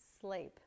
sleep